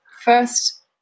first